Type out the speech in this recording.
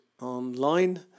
online